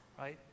right